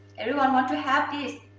everyone want to have this,